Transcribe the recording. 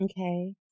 okay